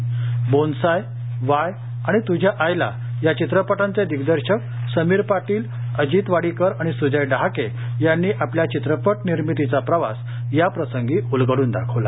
bonsai Y आणि तृझ्या आयला या चित्रपटाचे दिग्दर्शक समीर पाटील अजित वाडीकर आणि सुजय डहाके यांनी आपल्या चित्रपट निर्मितीचा प्रवास या प्रसंगी उलगडून दाखवला